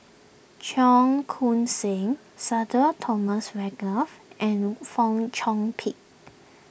Cheong Koon Seng Sudhir Thomas Vadaketh and Fong Chong Pik